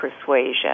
persuasion